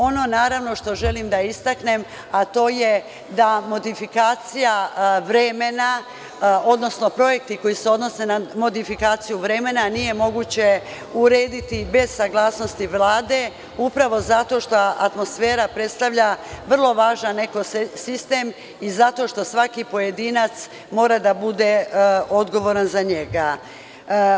Ono što želim da istaknem, a to je da modifikacija vremena, odnosno projekti koji se odnose na modifikaciju vremena nije moguće urediti bez saglasnosti Vlade, jer atmosfera predstavlja vrlo važan eko sistem i zato što svaki pojedinac mora da bude odgovoran za njega.